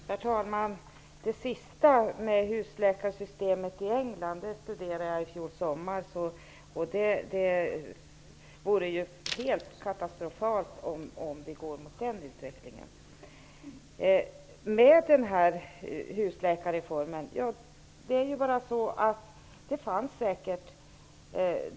Herr talman! Husläkarsystemet i England studerade jag i fjol somras. Det vore helt katastrofalt om vi skulle gå mot en sådan utveckling.